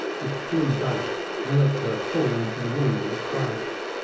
which flew back and let her fall into the room with a crash.